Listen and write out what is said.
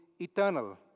eternal